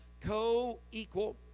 co-equal